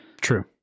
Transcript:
True